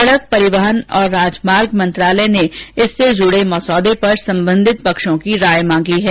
सड़क परिवहन और राजमार्ग मंत्रालय ने इससे जुड़े मसौदे पर संबंधित पक्षों की राय मांगी है